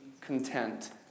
content